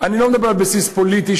אני לא מדבר על בסיס פוליטי,